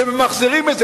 כשממחזרים את זה,